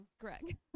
Greg